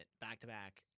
back-to-back